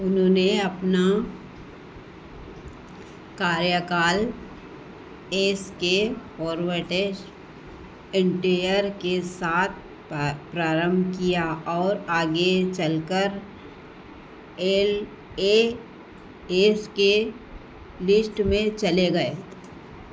उन्होंने अपना कार्यकाल एस के फोरवटेस इन्टीयर स्टेयर के साथ प्रारम्भ किया और आगे चलकर एल ए एस के लिस्ट में चले गए